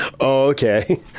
Okay